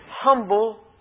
humble